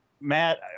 matt